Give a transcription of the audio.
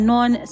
Non